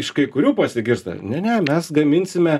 iš kai kurių pasigirsta ne ne mes gaminsime